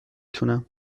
تونم